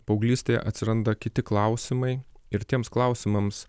paauglystėje atsiranda kiti klausimai ir tiems klausimams